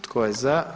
Tko je za?